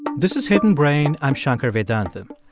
this is hidden brain. i'm shankar vedantam.